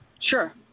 Sure